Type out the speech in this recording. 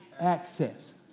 access